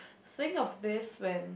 saying of this when